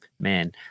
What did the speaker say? Man